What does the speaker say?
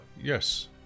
yes